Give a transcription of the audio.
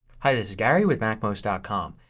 hi this is gary with macmost ah com.